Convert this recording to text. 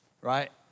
right